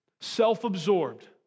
self-absorbed